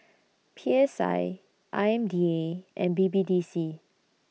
P S I I M D A and B B D C